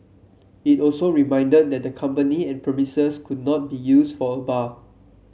it also reminded the company and premises could not be used for a bar